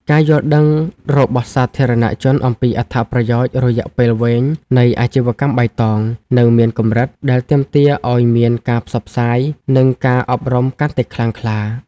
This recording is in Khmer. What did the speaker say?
ការយល់ដឹងរបស់សាធារណជនអំពីអត្ថប្រយោជន៍រយៈពេលវែងនៃអាជីវកម្មបៃតង នៅមានកម្រិត ដែលទាមទារឱ្យមានការផ្សព្វផ្សាយ និងការអប់រំកាន់តែខ្លាំងក្លា។